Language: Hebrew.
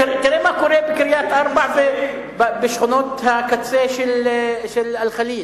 תראה מה קורה בקריית-ארבע ובשכונות הקצה של אל-ח'ליל.